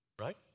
right